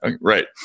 right